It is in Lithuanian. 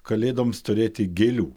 kalėdoms turėti gėlių